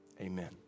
amen